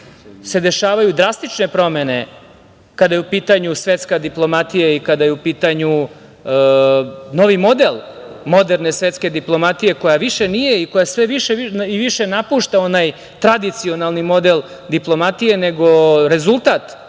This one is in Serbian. se dešavaju drastične promene kada je u pitanju svetska diplomatija i kada je u pitanju novi model moderne svetske diplomatije, koja više nije i koja sve više i više napušta onaj tradicionalni model diplomatije, nego rezultat